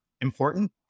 important